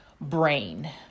brain